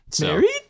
married